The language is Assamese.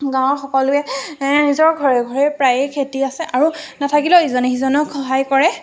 গাঁৱৰ সকলোৱে নিজৰ ঘৰে ঘৰে প্ৰায়ে খেতি আছে আৰু নাথাকিলেও ইজনে সিজনক সহায় কৰে